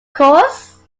course